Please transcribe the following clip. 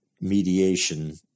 mediation